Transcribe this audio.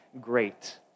great